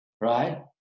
right